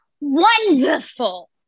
Wonderful